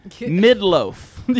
mid-loaf